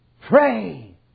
Pray